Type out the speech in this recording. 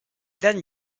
then